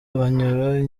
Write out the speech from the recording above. banyura